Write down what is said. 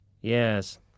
Yes